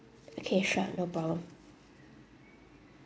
okay sure no problem